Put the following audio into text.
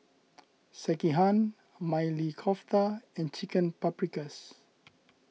Sekihan Maili Kofta and Chicken Paprikas